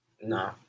No